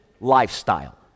lifestyle